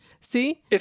See